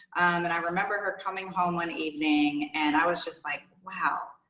and i remember her coming home one evening and i was just like, wow.